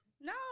No